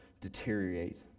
deteriorate